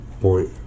point